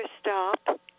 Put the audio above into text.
stop